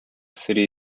city